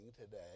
today